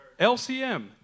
LCM